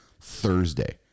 Thursday